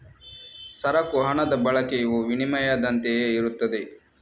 ಸರಕು ಹಣದ ಬಳಕೆಯು ವಿನಿಮಯದಂತೆಯೇ ಇರುತ್ತದೆ